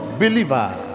believer